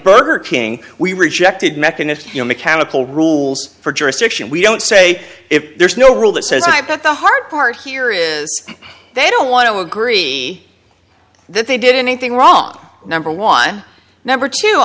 burger king we rejected mechanician mechanical rules for jurisdiction we don't say if there's no rule that says i bet the hard part here is they don't want to agree that they did anything wrong number one number two